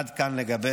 עד כאן לגבי